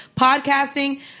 podcasting